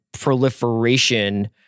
proliferation